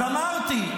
אז אמרתי,